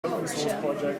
horticulture